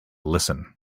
listen